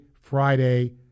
Friday